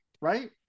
right